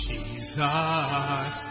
Jesus